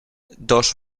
dos